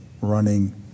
running